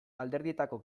alderdietako